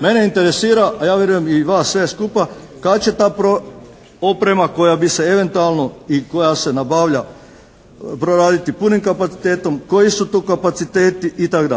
Mene interesira, a ja vjerujem i vas sve skupa kad će ta oprema koja bi se eventualno i koja se nabavlja proraditi punim kapacitetom, koji su to kapaciteti itd.